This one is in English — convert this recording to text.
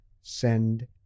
send